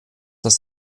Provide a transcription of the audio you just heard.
dass